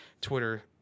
Twitter